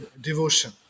devotion